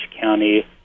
County